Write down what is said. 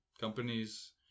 Companies